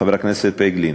חבר הכנסת פייגלין,